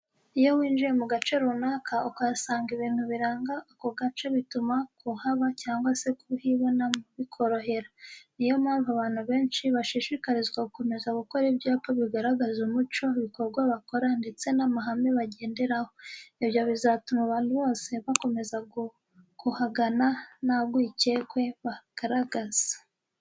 Iyo winjiye mu gace runaka, ukahasanga ibintu biranga ako gace bituma kuhaba cyangwa se kuhibonamo bikorohera. Ni yo mpamvu abantu benshi bashishikarizwa gukomeza gukora ibyapa bigaragaza umuco, ibikorwa bakora, ndetse n'amahame bagenderaho. Ibyo bizatuma abantu bose bakomeza kuhagana nta rwikekwe bagaragaza.